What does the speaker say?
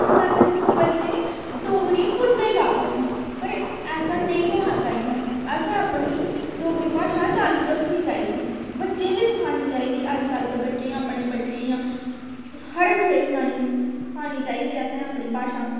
अजकल्ल दे बच्चे डोगरी भुलदे जा दे न पर ऐसा नेईं होना चाहिदा असें अपनी डोगरी भाशा चाल्लू रक्खनी चाहिदी बच्चें गी बी सखानी चाहिदी अजकल्ल दे बच्चें जां अपने बच्चें हर कुसै गी सखानी चाहिदी असें अपनी भाशा